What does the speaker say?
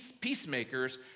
peacemakers